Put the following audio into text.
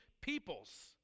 peoples